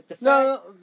no